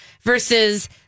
versus